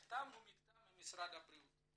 את משרד הבריאות במכתב.